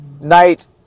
Night